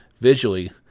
Visually